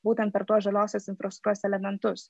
būtent per tuos žaliosios įprastos elementus